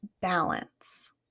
balance